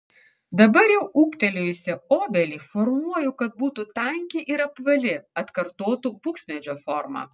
dabar jau ūgtelėjusią obelį formuoju kad būtų tanki ir apvali atkartotų buksmedžių formą